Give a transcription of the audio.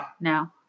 No